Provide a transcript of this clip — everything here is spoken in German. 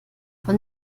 von